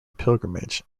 pilgrimage